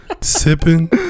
sipping